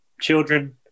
children